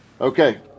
Okay